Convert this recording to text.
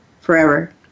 forever